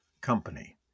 company